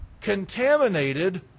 contaminated